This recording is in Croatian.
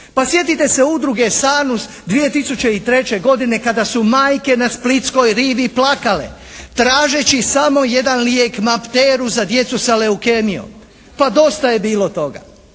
Pa sjetite se udruge "Sanus" 2003. godine kada su majke na splitskoj rivi plakale, tražeći samo jedan lijek Mapteru za djecu sa leukemijom. Pa dosta je bilo toga.